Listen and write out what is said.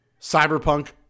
Cyberpunk